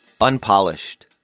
unpolished